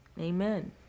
amen